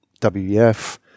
WEF